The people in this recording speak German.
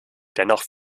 dennoch